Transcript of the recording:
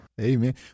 Amen